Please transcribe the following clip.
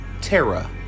Terra